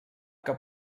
que